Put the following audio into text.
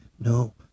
No